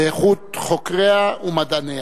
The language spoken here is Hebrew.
באיכות חוקריה ומדעניה.